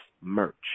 merch